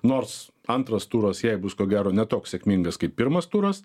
nors antras turas jai bus ko gero ne toks sėkmingas kaip pirmas turas